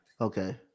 okay